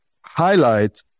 highlight